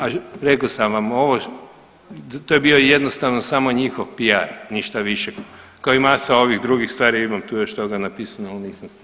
A rekao sam vam, ovo to je bio jednostavno samo njihov PR, ništa više kao i masa ovih drugih stvari, imam tu još toga napisanoga, ali nisam stigao.